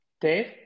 Dave